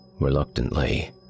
reluctantly